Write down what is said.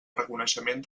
reconeixement